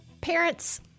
parents